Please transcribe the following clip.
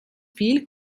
viel